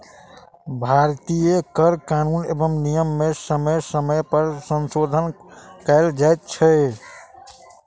भारतीय कर कानून एवं नियम मे समय समय पर संशोधन कयल जाइत छै